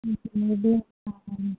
ఇవి కావాలి